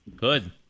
Good